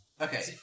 Okay